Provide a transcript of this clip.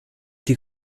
die